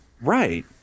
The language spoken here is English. Right